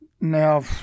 Now